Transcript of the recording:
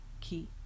key